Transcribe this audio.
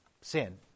sin